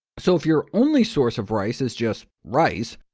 so if your only source of rice is just rice,